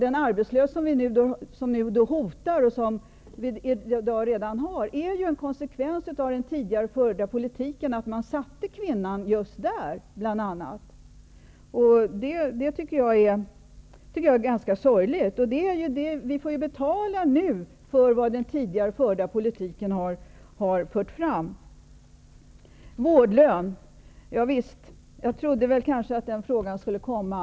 Den arbetslöshet som nu hotar, och som vi redan har, är ju en konsekvens av den tidigare förda politiken, att man satte kvinnorna just där. Det tycker jag är ganska sorgligt. Vi får betala nu för vad den tidigare förda politiken har drivit fram. Vårdlön, ja, visst trodde jag att den frågan skulle komma.